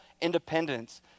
independence